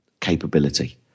capability